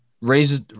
raises